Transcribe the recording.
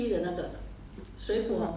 每次 jio 她喝的